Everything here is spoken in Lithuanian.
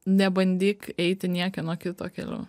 nebandyk eiti niekieno kito keliu